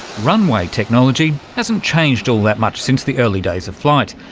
runway technology hasn't changed all that much since the early days of flight.